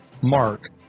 Mark